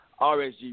RSG